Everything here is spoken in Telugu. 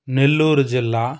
నెల్లూరు జిల్లా